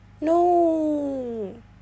No